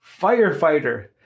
firefighter